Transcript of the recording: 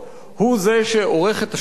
הוא זה שעורך את השולחן,